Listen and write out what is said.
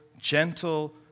gentle